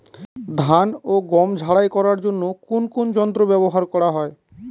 ধান ও গম ঝারাই করার জন্য কোন কোন যন্ত্র ব্যাবহার করা হয়?